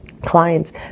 clients